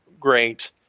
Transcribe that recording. Great